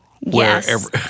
yes